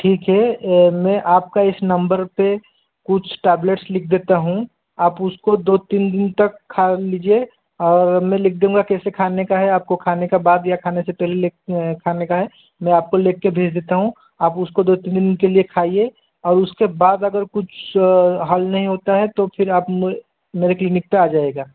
ठीक है मैं आप का इस नम्बर पे कुछ टैबलेट्स लिख देता हूँ आप उसको दो तीन दिन तक खा लीजिये और मैं लिख दूँगा कैसे खाने का है आप को खाने के बाद या खाने से पहले खाने का है मैं आप को लिख के भेज देता हूँ आप उसको दो तीन दिन के लिए खाइये और उसके बाद अगर कुछ हल नहीं होता है तो फिर आप मेरे क्लिनिक पे आ जाइयेगा